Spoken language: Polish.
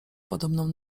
podobną